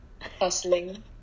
hustling